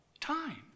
time